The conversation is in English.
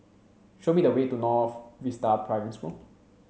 show me the way to North Vista Primary School